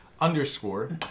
underscore